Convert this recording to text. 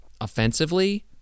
offensively